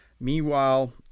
Meanwhile